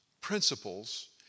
principles